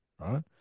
right